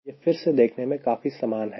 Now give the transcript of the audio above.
यह फिर से देखने में काफी समान है